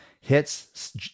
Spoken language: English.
Hits